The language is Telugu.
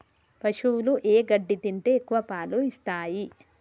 పశువులు ఏ గడ్డి తింటే ఎక్కువ పాలు ఇస్తాయి?